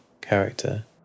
character